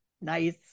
nice